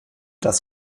das